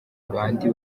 bandi